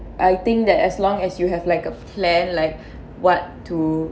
I think that as long as you have like a plan like what to